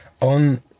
On